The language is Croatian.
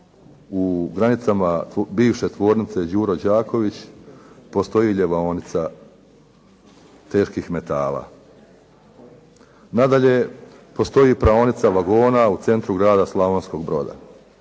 u granicama bivše tvornice „Đuro Đaković“ postoji ljevaonica teških metala. Nadalje, postoji praonica vagona u centru grada Slavonskog Broda.